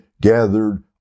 gathered